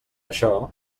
això